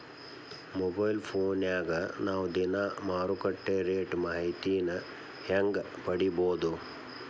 Mobile ಫೋನ್ಯಾಗ ನಾವ್ ದಿನಾ ಮಾರುಕಟ್ಟೆ ರೇಟ್ ಮಾಹಿತಿನ ಹೆಂಗ್ ಪಡಿಬೋದು?